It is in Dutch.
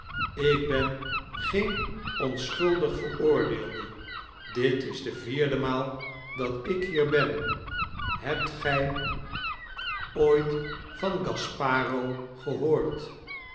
ik ben geen onschuldig veroordeelde dit is de vierde maal dat ik hier ben hebt gij ooit van gasparo gehoord